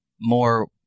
more